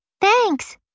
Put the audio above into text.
Thanks